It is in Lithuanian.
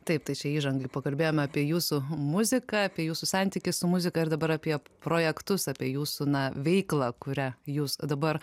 taip tai šiai įžangai pakalbėjome apie jūsų muziką apie jūsų santykį su muzika ir dabar apie projektus apie jūsų na veiklą kuria jūs dabar